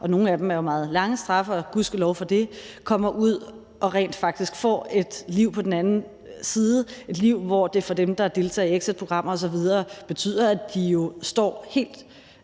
– nogle af dem er jo meget lange straffe, og gudskelov for det – kommer ud og rent faktisk får et liv på den anden side, et liv, hvor det for dem, der har deltaget i exitprogrammer osv., betyder, at de jo står helt